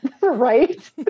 right